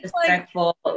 respectful